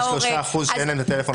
זה ה-3% שאין להם טלפון חכם?